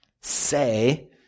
Say